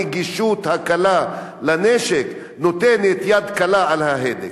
הנגישות הקלה לנשק נותנת יד קלה על ההדק.